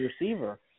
receiver